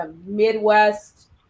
Midwest